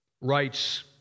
writes